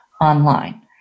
online